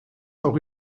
auch